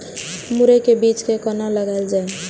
मुरे के बीज कै कोना लगायल जाय?